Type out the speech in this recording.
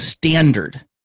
standard